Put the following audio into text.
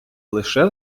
лише